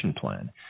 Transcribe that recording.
plan